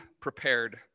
prepared